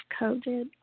COVID